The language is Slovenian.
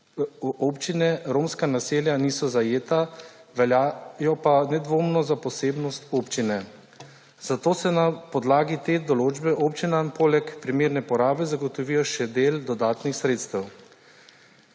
občine romska naselja niso zajeta, veljajo pa nedvomno za posebnost občine. Zato se na podlagi te določbe občinam poleg primerne porabe zagotovijo še del dodatnih sredstev.